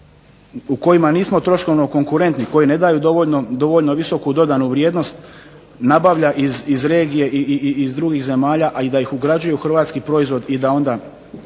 u kojima nismo troškovno konkurentni, koji ne daju dovoljno visoku dodanu vrijednost, nabavlja iz regije i iz drugih zemalja, a i da ih ugrađuje u hrvatski proizvod i da onda